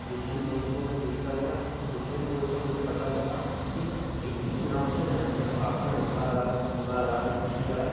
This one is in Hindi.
हुसेंड बोल्ड को मैं देखता गया हुसेंड बोल्ड से मुझे पता चला कि डेली ग्राउंड पर जाना चाहिए आपको बुख़ार आए फिवर आए कुछ भी आए